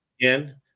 again